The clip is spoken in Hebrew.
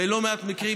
בלא מעט מקרים,